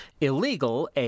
Illegal